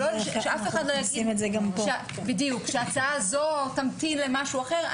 ושאף אחד לא יגיד שההצעה הזו תמתין למשהו אחר.